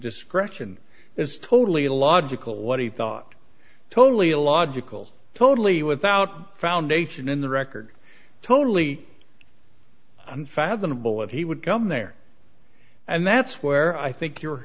discretion is totally illogical what he thought totally illogical totally without foundation in the record totally unfathomable what he would come there and that's where i think your